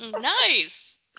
Nice